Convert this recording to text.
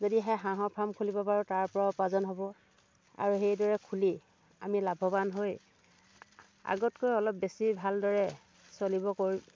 যদিহে হাঁহৰ ফাৰ্ম খুলিব পাৰোঁ তাৰ পৰাও উপাৰ্জন হ'ব আৰু সেইদৰে খুলি আমি লাভৱান হৈ আগতকৈ অলপ বেছি ভালদৰে চলিব কৰি